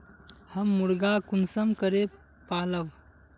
हम मुर्गा कुंसम करे पालव?